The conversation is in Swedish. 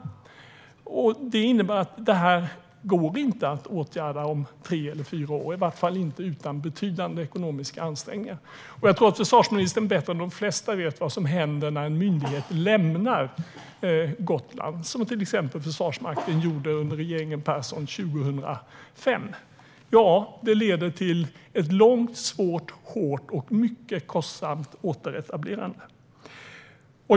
Detta går inte att åtgärda om tre eller fyra år, i vart fall inte utan betydande ekonomiska ansträngningar. Jag tror att försvarsministern bättre än de flesta vet vad som händer när en myndighet lämnar Gotland, som Försvarsmakten gjorde under regeringen Persson 2005. Det leder till ett långt, svårt, hårt och mycket kostsamt återetablerande.